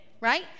right